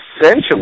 essentially